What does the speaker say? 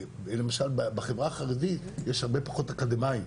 בחברה החרדית יש הרבה פחות אקדמיים,